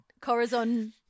Corazon